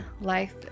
life